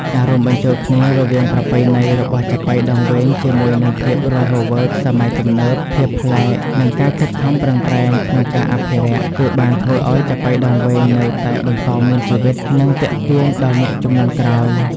ការរួមបញ្ចូលគ្នារវាងប្រពៃណីរបស់ចាប៉ីដងវែងជាមួយនឹងភាពរស់រវើកសម័យទំនើប ភាពប្លែក និងការខិតខំប្រឹងប្រែងក្នុងការអភិរក្ស គឺបានធ្វើឱ្យចាប៉ីដងវែងនៅតែបន្តមានជីវិត និងទាក់ទាញដល់អ្នកជំនាន់ក្រោយ។